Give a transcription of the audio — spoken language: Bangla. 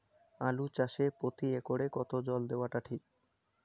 আলু চাষে প্রতি একরে কতো জল দেওয়া টা ঠিক?